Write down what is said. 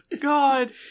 God